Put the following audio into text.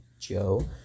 Joe